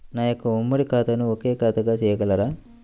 నా యొక్క ఉమ్మడి ఖాతాను ఒకే ఖాతాగా చేయగలరా?